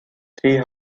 three